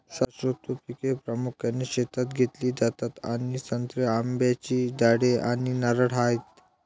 शाश्वत पिके प्रामुख्याने शेतात घेतली जातात आणि संत्री, आंब्याची झाडे आणि नारळ आहेत